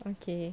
okay